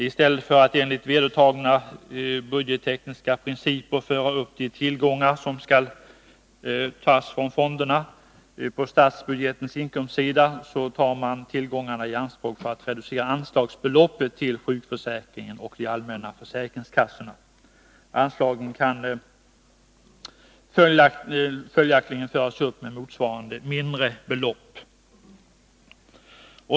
I stället för att enligt vedertagna budgettekniska principer föra upp de tillgångar som skall tas från fonderna på statsbudgetens inkomstsida, tar man tillgångarna i anspråk för att reducera anslagsbeloppen till sjukförsäkringen och de allmänna försäkringskassorna. Anslagen kan följaktligen tas upp med motsvarande mindre belopp.